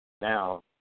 Now